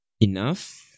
enough